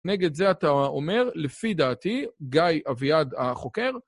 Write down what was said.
נגד זה אתה אומר, לפי דעתי, גיא אביעד, החוקר,